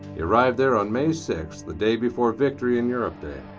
he arrived there on may six, the day before victory in europe day.